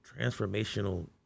transformational